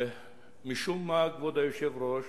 משום מה, כשכבוד היושב-ראש